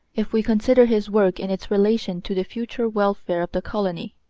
if we consider his work in its relation to the future welfare of the colony.